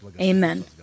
Amen